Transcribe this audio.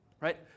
right